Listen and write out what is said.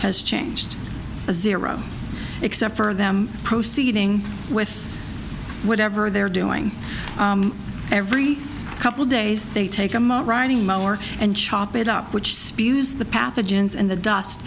has changed a zero except for them proceeding with whatever they're doing every couple days they take them out riding mower and chop it up which spews the pathogens and the dust